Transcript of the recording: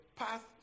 path